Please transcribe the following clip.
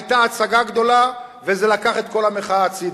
היתה הצגה גדולה, וזה לקח את כל המחאה הצדה.